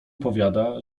powiada